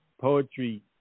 Poetry